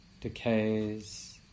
decays